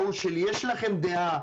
ההוא שלי יש לכם דעה,